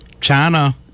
China